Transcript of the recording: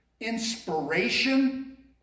Inspiration